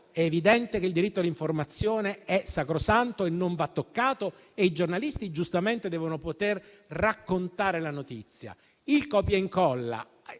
È evidente che il diritto all'informazione è sacrosanto, non va toccato e i giornalisti giustamente devono poter raccontare la notizia; ma il copia incolla